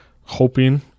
hoping